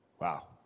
Wow